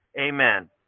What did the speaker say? Amen